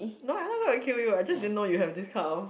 no I'm not gonna kill you I just didn't know you have this kind of